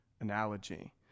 analogy